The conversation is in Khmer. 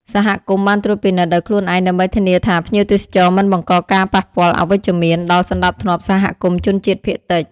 សហគមន៍បានត្រួតពិនិត្យដោយខ្លួនឯងដើម្បីធានាថាភ្ញៀវទេសចរមិនបង្កការប៉ះពាល់អវិជ្ជមានដល់ សណ្តាប់ធ្នាប់សហគមន៍ជនជាតិភាគតិច។